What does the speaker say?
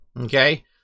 Okay